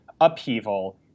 upheaval